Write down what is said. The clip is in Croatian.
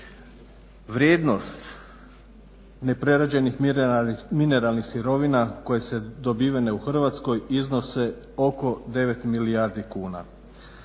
Vrijednost neprerađenih mineralnih sirovina koje su dobivene u Hrvatskoj iznose oko 9 milijardi kuna.